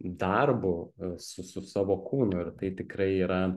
darbu su su savo kūnu ir tai tikrai yra